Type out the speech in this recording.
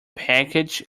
package